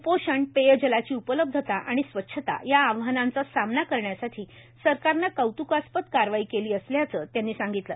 कुपोषण पेयजलाची उपलब्धता आणि स्वच्छता या आव्हानांचा सामना करण्यासाठी सरकारनं कौत्कास्पद कारवाई केली असल्याचं त्यांनी सांगितलं